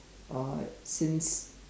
uh since